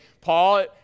Paul